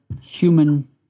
human